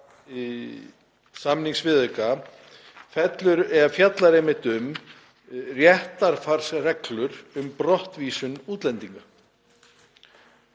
samningsviðauka fjallar einmitt um réttarfarsreglur um brottvísun útlendinga.